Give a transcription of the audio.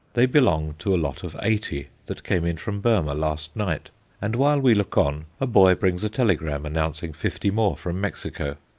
they belong to a lot of eighty that came in from burmah last night and while we look on, a boy brings a telegram announcing fifty more from mexico,